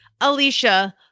Alicia